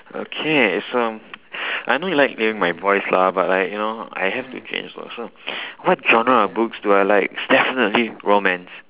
okay so I know you like hearing my voice lah but like you know I have to change so what genre of books do I like it's definitely romance